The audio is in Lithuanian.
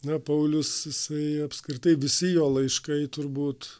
na paulius jisai apskritai visi jo laiškai turbūt